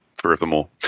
Forevermore